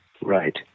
Right